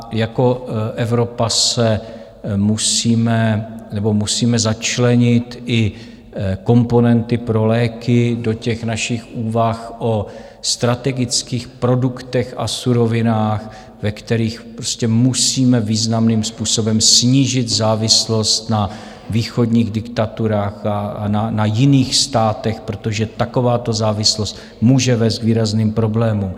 A jako Evropa musíme začlenit i komponenty pro léky do našich úvah o strategických produktech a surovinách, ve kterých musíme významným způsobem snížit závislost na východních diktaturách a na jiných státech, protože takováto závislost může vést k výrazným problémům.